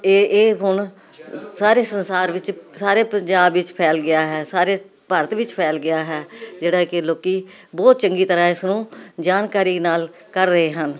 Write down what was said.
ਇਹ ਇਹ ਹੁਣ ਸਾਰੇ ਸੰਸਾਰ ਵਿੱਚ ਸਾਰੇ ਪੰਜਾਬ ਵਿੱਚ ਫੈਲ ਗਿਆ ਹੈ ਸਾਰੇ ਭਾਰਤ ਵਿੱਚ ਫੈਲ ਗਿਆ ਹੈ ਜਿਹੜਾ ਕਿ ਲੋਕੀ ਬਹੁਤ ਚੰਗੀ ਤਰ੍ਹਾਂ ਇਸ ਨੂੰ ਜਾਣਕਾਰੀ ਨਾਲ ਕਰ ਰਹੇ ਹਨ